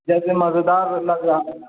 جیسے مزے دار لگ رہا ہے